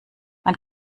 man